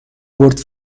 بٌرد